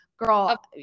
girl